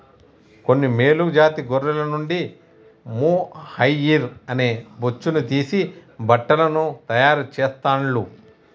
కొన్ని మేలు జాతి గొర్రెల నుండి మొహైయిర్ అనే బొచ్చును తీసి బట్టలను తాయారు చెస్తాండ్లు